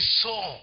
saw